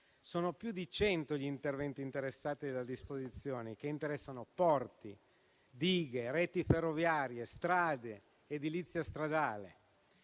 Sono più di cento gli interventi interessati da disposizioni, che interessano porti, dighe, reti ferroviarie, strade, edilizia stradale.